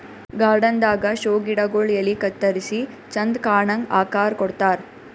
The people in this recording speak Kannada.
ಗಾರ್ಡನ್ ದಾಗಾ ಷೋ ಗಿಡಗೊಳ್ ಎಲಿ ಕತ್ತರಿಸಿ ಚಂದ್ ಕಾಣಂಗ್ ಆಕಾರ್ ಕೊಡ್ತಾರ್